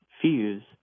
fuse